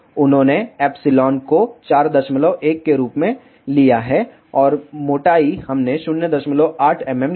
उन्होंने एप्सिलॉन को 41 के रूप में लिया है और मोटाई हमने 08 mm ली है